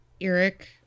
Eric